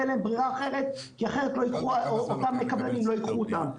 תהיה להם ברירה אחרת כי קבלנים לא ייקחו אותם.